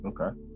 Okay